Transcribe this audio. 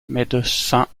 médecin